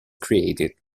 created